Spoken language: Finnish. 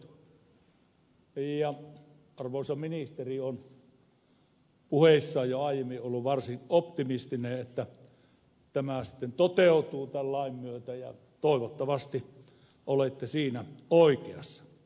arvoisa ministeri on puheissaan jo aiemmin ollut varsin optimistinen että tämä sitten toteutuu tämän lain myötä ja toivottavasti olette siinä oikeassa